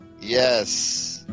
Yes